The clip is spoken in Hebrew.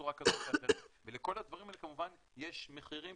בצורה כזו או אחרת ולכל הדברים האלה כמובן יש מחירים